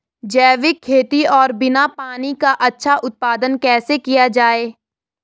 जैविक खेती और बिना पानी का अच्छा उत्पादन कैसे किया जाए?